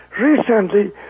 recently